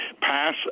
Pass